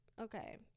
okay